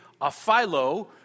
aphilo